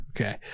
okay